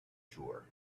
tour